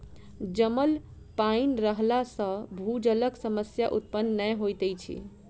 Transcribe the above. जमल पाइन रहला सॅ भूजलक समस्या उत्पन्न नै होइत अछि